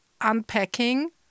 unpacking